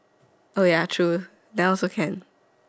oh ya true that one also can